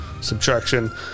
subtraction